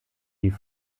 die